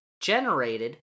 generated